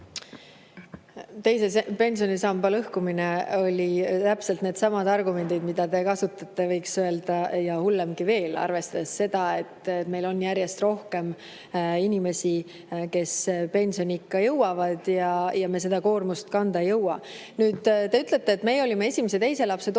Teise pensionisamba lõhkumise puhul olid täpselt needsamad argumendid, mida te kasutate, ja võiks öelda, et hullemgi veel, arvestades seda, et meil on järjest rohkem inimesi, kes pensioniikka jõuavad, ja me seda koormust kanda ei jõua. Te ütlete, et me olime esimese ja teise lapse toetuse